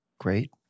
great